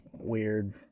weird